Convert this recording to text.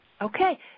Okay